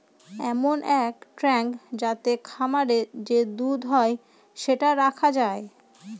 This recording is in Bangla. এমন এক ট্যাঙ্ক যাতে খামারে যে দুধ হয় সেটা রাখা যায়